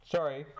Sorry